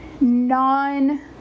non